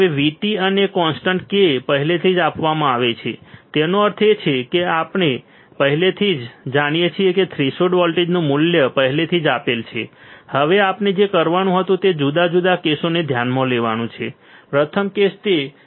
હવે VT અને constant k પહેલેથી જ આપવામાં આવે છે તેનો અર્થ એ છે કે આપણે પહેલાથી જ જાણીએ છીએ કે થ્રેશોલ્ડ વોલ્ટેજનું મૂલ્ય પહેલેથી જ આપેલ છે હવે આપણે જે કરવાનું હતું તે જુદા જુદા કેસોને ધ્યાનમાં લેવાનું છે પ્રથમ કેસ તે VGS VT છે